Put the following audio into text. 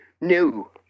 No